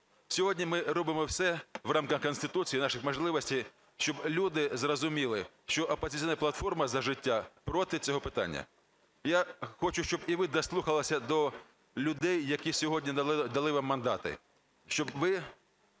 Сьогодні ми робимо все в рамках Конституції і наших можливостей, щоб люди зрозуміли, що "Опозиційна платформа - За життя" проти цього питання. Я хочу, щоб і ви дослухалися до людей, які сьогодні дали вам мандати, щоб ви